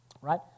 right